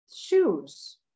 shoes